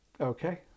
Okay